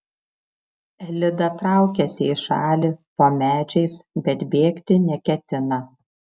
elida traukiasi į šalį po medžiais bet bėgti neketina